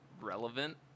relevant